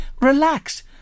Relax